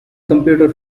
computer